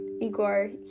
Igor